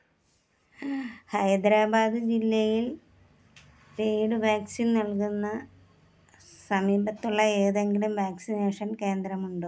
ഹൈദരാബാദ് ജില്ലയിൽ paid vaccine നൽകുന്ന സമീപത്തുള്ള ഏതെങ്കിലും വാക്സിനേഷൻ കേന്ദ്രമുണ്ടോ